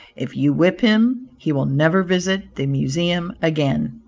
if you whip him, he will never visit the museum again,